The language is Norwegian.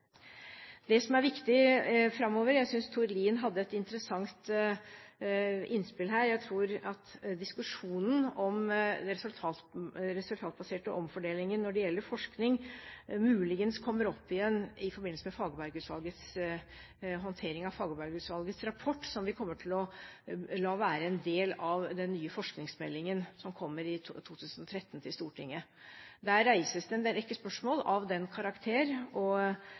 Jeg synes Tord Lien hadde et interessant innspill her. Jeg tror at diskusjonen om den resultatbaserte omfordelingen når det gjelder forskning, muligens kommer opp igjen i forbindelse med håndteringen av Fagerberg-utvalgets rapport, som vi kommer til å la være en del av den nye forskningsmeldingen som kommer til Stortinget i 2013. Der reises det en rekke spørsmål av den karakter. Det er klart at det er delte meninger om åpenheten og